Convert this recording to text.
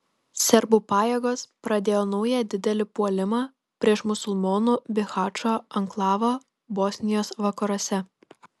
serbų pajėgos pradėjo naują didelį puolimą prieš musulmonų bihačo anklavą bosnijos vakaruose